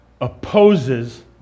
opposes